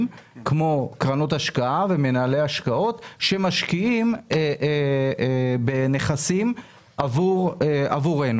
כמו קרנות השקעה ומנהלי השקעות שמשקיעים בנכסים עבורנו.